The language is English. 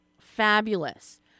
Fabulous